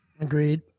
Agreed